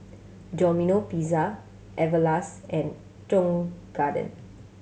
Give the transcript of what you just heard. Domino Pizza Everlast and Tong Garden